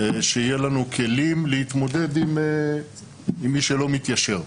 שיהיו לנו כלים להתמודד עם מי שלא מתיישר.